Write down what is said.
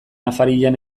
afarian